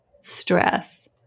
stress